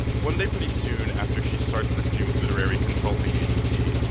one day, pretty soon after she starts this new literary consulting agency,